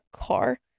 car